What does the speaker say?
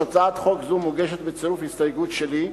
הצעת חוק זאת מוגשת בצירוף הסתייגות שלי,